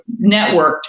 networked